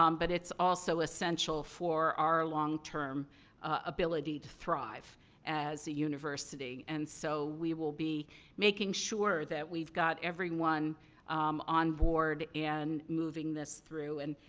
um but it's also essential for our long-term ability to thrive as a university. and, so, we will be making sure that we've got everyone on board and moving this through. and,